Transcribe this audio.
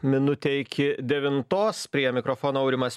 minutei iki devintos prie mikrofono aurimas